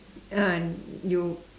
ah you